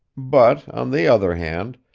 but, on the other hand,